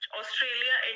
Australia